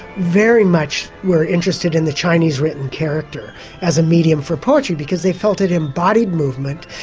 very much were interested in the chinese written character as a medium for poetry because they felt it embodied movement,